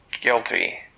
guilty